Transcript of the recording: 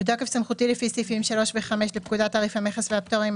"בתוקף סמכותי לפי סעיפים 3 ו-5 לפקודת תעריף המכס והפטורים,